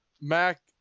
Mac